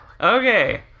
Okay